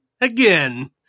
again